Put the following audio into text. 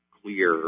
clear